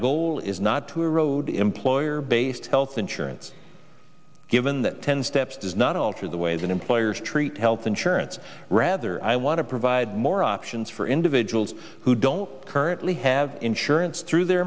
goal is not to erode employer based health insurance given that ten steps does not alter the way that employers treat health insurance rather i want to provide more options for individuals who don't currently have insurance through their